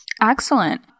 Excellent